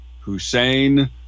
Hussein